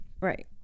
right